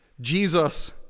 Jesus